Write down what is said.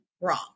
wrong